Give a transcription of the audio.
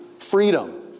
freedom